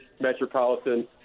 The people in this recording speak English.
metropolitan